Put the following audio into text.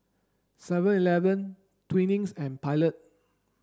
seven eleven Twinings and Pilot